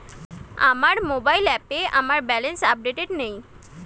আমার মোবাইল অ্যাপে আমার ব্যালেন্স আপডেটেড নেই